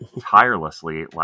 tirelessly